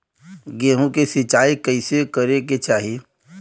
गेहूँ के सिंचाई कइसे करे के चाही?